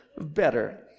better